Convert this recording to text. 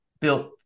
built